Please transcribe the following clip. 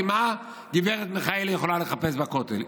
כי מה גב' מיכאלי יכולה לחפש בכותל?